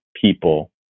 people